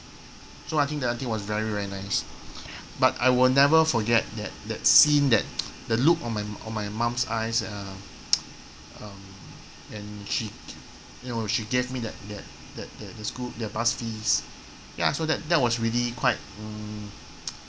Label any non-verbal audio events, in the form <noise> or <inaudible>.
so I think that auntie was very very nice <noise> but I will never forget that that scene that <noise> the look on my on my mum's eyes ya <noise> um when she you know she gave me that that that that school that bus fees ya so that that was really quite mm <noise>